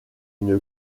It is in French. une